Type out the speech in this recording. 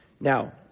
Now